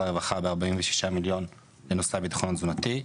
הרווחה ב-46 מיליון לנושא הביטחון התזונתי.